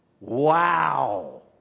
Wow